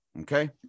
Okay